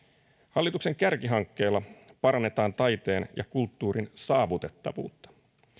hallituksen kärkihankkeella parannetaan taiteen ja kulttuurin saavutettavuutta